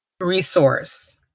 resource